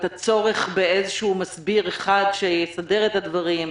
את הצורך באיזה שהוא מסביר אחד שיסדר את הדברים?